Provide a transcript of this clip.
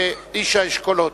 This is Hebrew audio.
איש האשכולות.